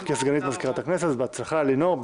סגנית מזכירת הכנסת, אז בהצלחה, אלינור.